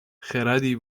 خردی